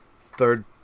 third